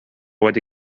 wedi